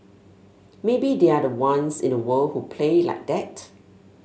maybe they're the ones in the world who play like that